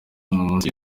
munsi